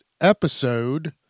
episode